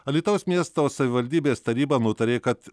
alytaus miesto savivaldybės taryba nutarė kad